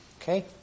Okay